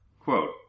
quote